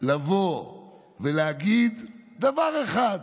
לבוא ולהגיד דבר אחד.